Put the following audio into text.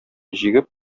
җигеп